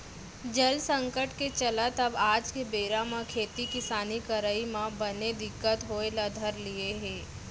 जल संकट के चलत अब आज के बेरा म खेती किसानी करई म बने दिक्कत होय ल धर लिये हे